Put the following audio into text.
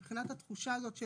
מבחינת התחושה הזאת של